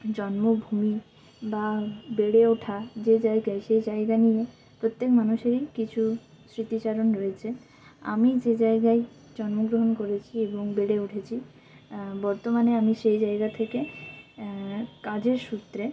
জন্মভূমি বা বেড়ে ওঠা যে জায়গায় সে জায়গা নিয়ে প্রত্যেক মানুষেরই কিছু স্মৃতি চারণ রয়েছে আমি যে জায়গায় জন্মগ্রহণ করেছি এবং বেড়ে উঠেছি বর্তমানে আমি সেই জায়গা থেকে কাজের সূত্রে